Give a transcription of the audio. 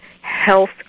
health